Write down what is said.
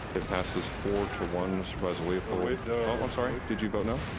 it passes four to one, supervisor leopold. wait. oh i'm sorry, did you vote no?